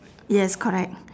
yes correct